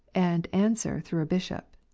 and answer through a bishop.